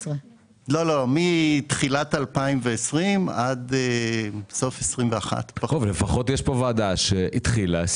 מתחילת 2020 ועד סוף 2021. לפחות יש ועדה שהתחילה,